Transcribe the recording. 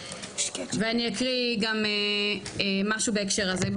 ואני אקריא גם משהו בהקשר הזה.